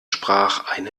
sprach